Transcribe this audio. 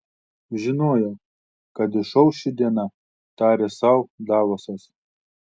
žinojau kad išauš ši diena tarė sau davosas